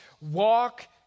walk